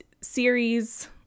series